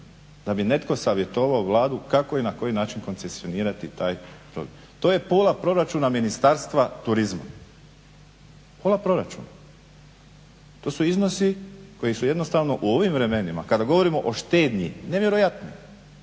da bi netko savjetovao Vladu kako i na koji način koncesionirati taj problem. To je pola proračuna Ministarstva turizma, pola proračuna. To su iznosi koji su jednostavno u ovim vremenima kada govorimo o štednji nevjerojatne.